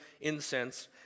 incense